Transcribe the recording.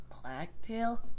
Blacktail